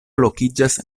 lokiĝas